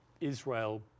Israel